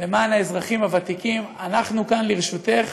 למען האזרחים הוותיקים: אנחנו כאן לרשותך,